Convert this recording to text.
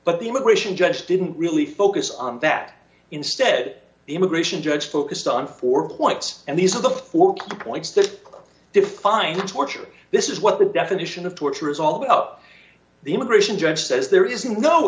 but the immigration judge didn't really focus on that instead the immigration judge focused on four points and these are the four points that define torture this is what the definition of torture is all about the immigration judge says there is no